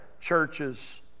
churches